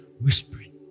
whispering